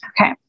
Okay